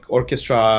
Orchestra